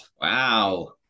Wow